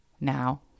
now